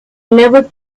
never